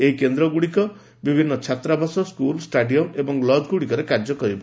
ଏହି କେନ୍ଦ୍ରଗୁଡ଼ିକ ବିଭିନ୍ନ ଛାତ୍ରାବାସ ସ୍କୁଲ୍ ଷ୍ଟାଡିୟମ୍ ଏବଂ ଲଜ୍ଗୁଡ଼ିକରେ କାର୍ଯ୍ୟ କରିବ